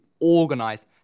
organised